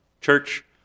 church